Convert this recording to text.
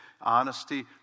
honesty